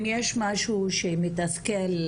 אם יש משהו שמתסכל,